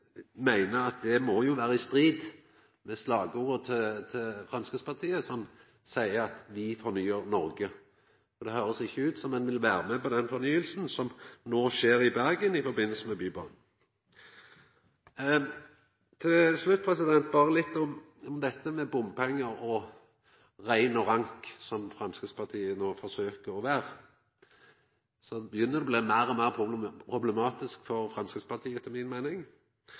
meiner at det må vera i strid med slagordet til Framstegspartiet: «Vi fornyer Norge». Det høyrest ikkje ut som ein vil vera med på den fornyinga som no skjer i Bergen i forbindelse med Bybanen. Til slutt litt om bompengar: Når det gjeld dette med «rein og rank», som Framstegspartiet no forsøker å vera, så begynner det etter mi meining å bli meir og meir problematisk for Framstegspartiet.